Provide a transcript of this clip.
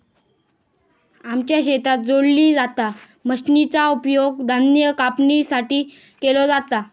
आमच्या शेतात जोडली जाता मशीनचा उपयोग धान्य कापणीसाठी केलो जाता